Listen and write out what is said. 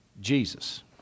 Jesus